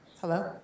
Hello